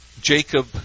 Jacob